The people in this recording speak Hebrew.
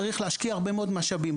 צריך להשקיע הרבה מאוד משאבים.